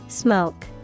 Smoke